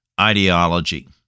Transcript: ideology